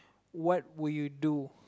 what would you do